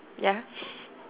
ya